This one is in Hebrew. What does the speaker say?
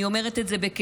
אני אומרת את זה בכאב,